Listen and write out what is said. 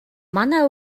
манай